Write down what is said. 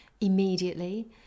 immediately